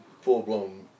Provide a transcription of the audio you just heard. full-blown